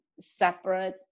separate